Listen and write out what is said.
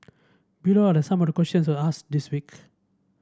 below are the some of the questions I asked this week